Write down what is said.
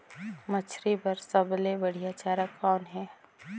मछरी बर सबले बढ़िया चारा कौन हे?